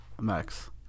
Max